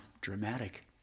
dramatic